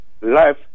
life